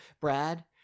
Brad